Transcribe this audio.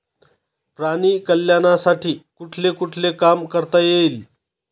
प्राणी कल्याणासाठी कुठले कुठले काम करता येईल?